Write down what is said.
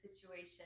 situation